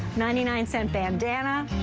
ninety nine cent bandanna.